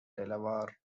delaware